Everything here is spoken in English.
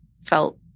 felt